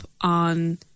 on